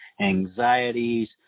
anxieties